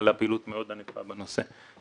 הייתה פעילות מאוד ענפה בנושא.